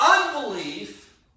Unbelief